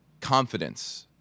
confidence-